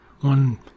one